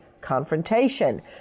confrontation